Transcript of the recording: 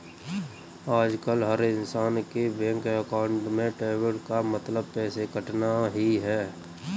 आजकल हर इन्सान के बैंक अकाउंट में डेबिट का मतलब पैसे कटना ही है